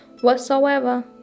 whatsoever